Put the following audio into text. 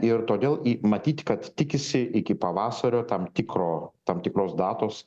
ir todėl į matyti kad tikisi iki pavasario tam tikro tam tikros datos